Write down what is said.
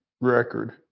record